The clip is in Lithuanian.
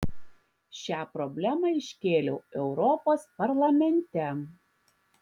šią problemą iškėliau europos parlamente